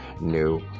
new